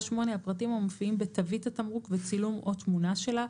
הפרטים המופיעים בתווית התמרוק וצילום או תמונה שלה.